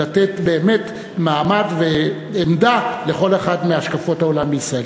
לתת באמת מעמד ועמדה לכל אחד מהשקפות העולם בישראל.